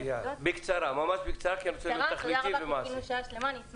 בבקשה, בקצרה, כי אני רוצה להיות תכליתי ומעשי.